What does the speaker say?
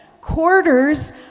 Quarters